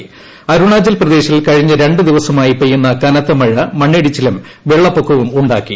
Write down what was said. അ്തു്ണാചൽപ്രദേശിൽ കഴിഞ്ഞ രണ്ട് ദിവസമായി പെയ്യുന്ന കനത്ത മഴ മണ്ണിടിച്ചിലും വെള്ളപ്പൊക്കവും ഉണ്ടാക്കി